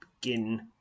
Begin